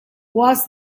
was